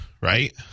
right